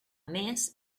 més